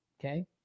Okay